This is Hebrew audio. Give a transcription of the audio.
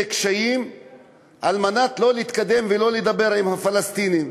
קשיים על מנת שלא להתקדם ולא לדבר עם הפלסטינים,